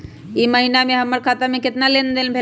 ई महीना में हमर खाता से केतना लेनदेन भेलइ?